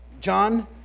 John